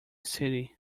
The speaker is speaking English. city